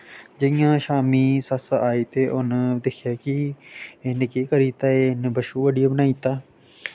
जि'यां शामीं सस्स आई ते उन्न दिक्खेआ कि इन्न केह् करी दित्ता एह् इन्न बच्छू ब'ड्डियै बनाई दित्ता